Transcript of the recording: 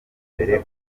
mbere